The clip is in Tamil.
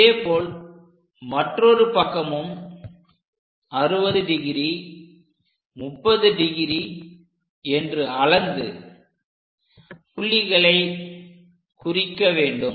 இதேபோல் மற்றொரு பக்கமும் 60 டிகிரி 30 டிகிரி என்று அளந்து புள்ளிகளை குறிக்க வேண்டும்